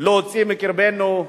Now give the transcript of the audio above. להוציא מקרבנו.